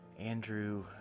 Andrew